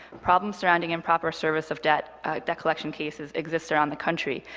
problems surrounding improper service of debt debt collection cases exists around the country,